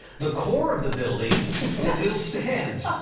the. core of the building stil stands.